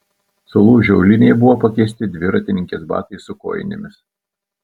sulūžę auliniai buvo pakeisti dviratininkės batais su kojinėmis